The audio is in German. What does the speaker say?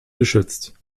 geschützt